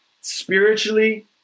Spiritually